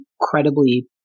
incredibly